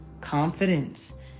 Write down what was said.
Confidence